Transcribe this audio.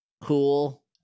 Cool